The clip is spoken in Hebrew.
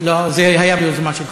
לא, זה היה ביוזמה שלך.